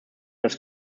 dass